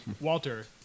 Walter